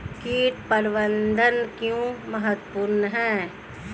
कीट प्रबंधन क्यों महत्वपूर्ण है?